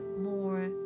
more